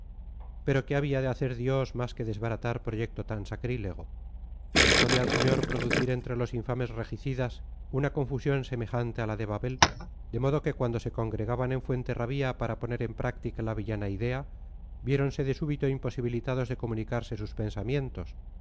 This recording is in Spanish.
pero qué había de hacer dios más que desbaratar proyecto tan sacrílego bastole al señor producir entre los infames regicidas una confusión semejante a la de babel de modo que cuando se congregaban en fuenterrabía para poner en práctica la villana idea viéronse de súbito imposibilitados de comunicarse sus pensamientos